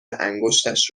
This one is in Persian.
انگشتش